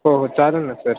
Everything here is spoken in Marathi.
हो हो चालेल ना सर